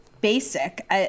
basic